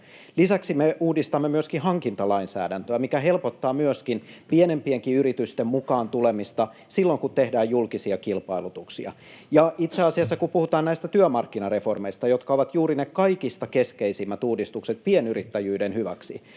Lisäksi me uudistamme myöskin hankintalainsäädäntöä, mikä helpottaa myös pienempienkin yritysten mukaan tulemista silloin, kun tehdään julkisia kilpailutuksia. Ja itse asiassa kun puhutaan näistä työmarkkinareformeista, jotka ovat juuri ne kaikista keskeisimmät uudistukset pienyrittäjyyden hyväksi,